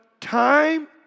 time